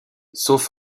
sauf